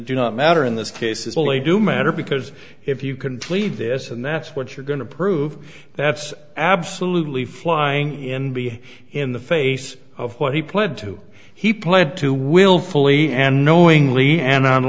do not matter in this case is only do matter because if you can tweet this and that's what you're going to prove that's absolutely flying in be in the face of what he pled to he pled to willfully and knowingly and